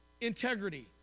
integrity